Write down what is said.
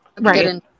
Right